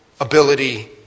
ability